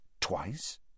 twice